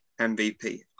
MVP